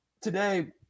today